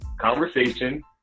conversation